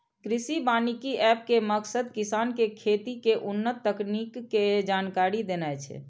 कृषि वानिकी एप के मकसद किसान कें खेती के उन्नत तकनीक के जानकारी देनाय छै